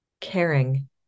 caring